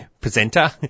presenter